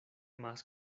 más